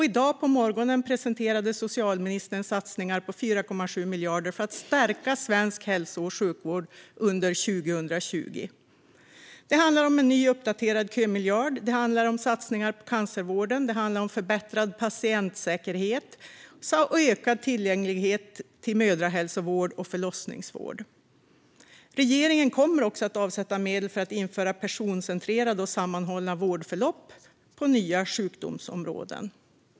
I dag på morgonen presenterade socialministern satsningar på 4,7 miljarder kronor för att stärka svensk hälso och sjukvård under 2020. Det handlar om en ny, uppdaterad kömiljard, satsningar på cancervården, förbättrad patientsäkerhet samt ökad tillgänglighet till mödrahälsovård och förlossningsvård. Regeringen kommer också att avsätta medel för att införa personcentrerade och sammanhållna vårdförlopp på nya sjukdomsområden.